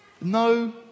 no